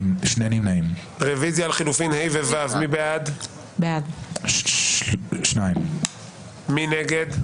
הצבעה בעד, 4 נגד,